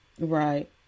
Right